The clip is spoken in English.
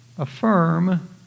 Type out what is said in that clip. Affirm